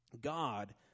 God